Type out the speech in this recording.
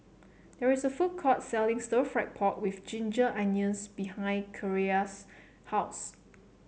there is a food court selling Stir Fried Pork with Ginger Onions behind Kierra's house